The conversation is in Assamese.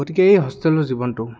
গতিকে এই হোষ্টেলৰ জীৱনটো